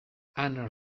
ann